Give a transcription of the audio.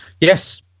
Yes